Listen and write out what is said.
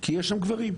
כי יש שם גברים.